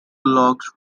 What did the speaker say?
locks